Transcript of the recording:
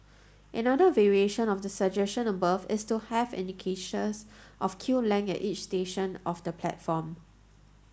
another variation of the suggestion above is to have indicators of queue lengths at each section of the platform